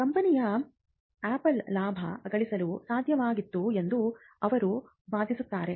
ಕಂಪನಿಯಾಗಿ Apple ಲಾಭ ಗಳಿಸಲು ಸಾಧ್ಯವಾಯಿತು ಎಂದು ಅವಳು ವಾದಿಸುತ್ತಾರೆ